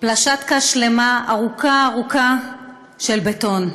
פלשטקה שלמה, ארוכה ארוכה, של בטון,